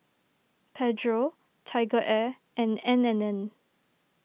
Pedro TigerAir and N and N